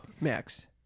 Max